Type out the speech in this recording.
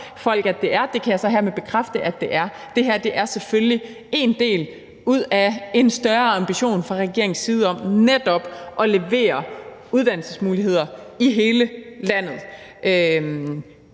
tilfældet, og det kan jeg så hermed bekræfte at det er, for det her er selvfølgelig en del ud af en større ambition fra regeringens side om netop at levere uddannelsesmuligheder til hele landet.